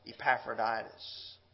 Epaphroditus